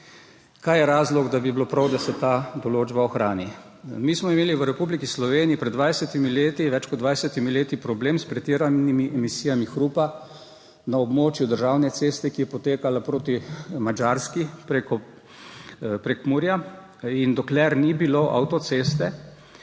Kaj je razlog, da bi bilo prav, da se ta določba ohrani? Mi smo imeli v Republiki Sloveniji pred več kot 20 leti problem s pretiranimi emisijami hrupa na območju državne ceste, ki je potekala proti Madžarski prek Prekmurja. Dokler ni bilo avtoceste,